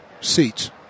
seats